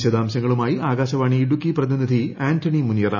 വിശദാംശങ്ങളുമായി ആകാശവാണി ഇടുക്കി പ്രതിനിധി ആന്റണി മുനിയറ